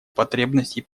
потребностей